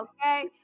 Okay